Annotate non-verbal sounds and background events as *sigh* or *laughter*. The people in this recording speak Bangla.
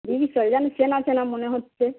*unintelligible* যেন চেনা চেনা মনে হচ্ছে